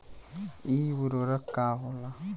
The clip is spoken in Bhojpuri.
इ उर्वरक का होला?